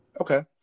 Okay